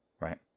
right